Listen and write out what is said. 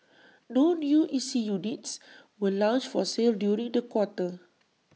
no new E C units were launched for sale during the quarter